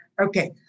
Okay